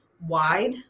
wide